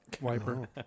wiper